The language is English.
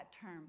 term